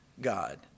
God